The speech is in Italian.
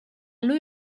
lui